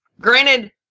Granted